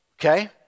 Okay